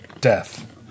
death